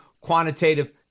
quantitative